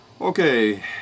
okay